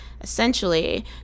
Essentially